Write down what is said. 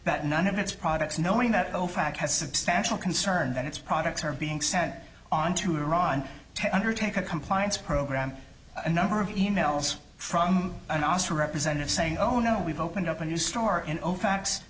that none of its products knowing that ofac has substantial concern that its products are being sent on to iran to undertake a compliance program a number of e mails from an oscar representative saying oh no we've opened up a new store and overacts